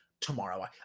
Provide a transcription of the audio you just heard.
tomorrow